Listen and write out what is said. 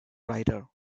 rider